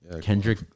Kendrick